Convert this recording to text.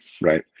right